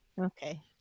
Okay